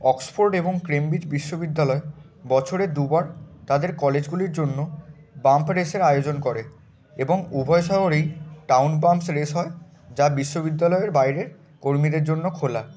Oxford এবং Cambridge বিশ্ববিদ্যালয় বছরে দুবার তাদের কলেজগুলির জন্য বাম্প রেসের আয়োজন করে এবং উভয় শহরেই টাউন বাম্পস রেস হয় যা বিশ্ববিদ্যালয়ের বাইরে কর্মীদের জন্য খোলা